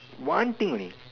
one thing only